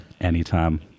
anytime